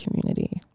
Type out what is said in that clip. community